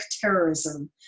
terrorism